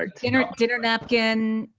like dinner dinner napkin,